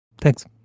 Thanks